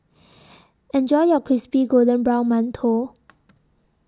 Enjoy your Crispy Golden Brown mantou